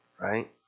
right